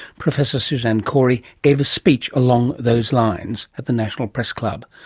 professor suzanne cory, gave a speech along those lines at the national press club.